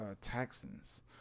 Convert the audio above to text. Texans